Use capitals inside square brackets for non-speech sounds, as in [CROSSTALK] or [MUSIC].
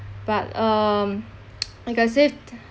but um [NOISE] like I saved